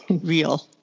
real